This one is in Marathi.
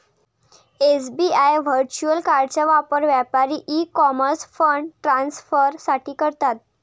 एस.बी.आय व्हर्च्युअल कार्डचा वापर व्यापारी ई कॉमर्स फंड ट्रान्सफर साठी करतात